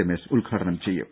രമേശ് ഉദ്ഘാടനം ചെയ്യും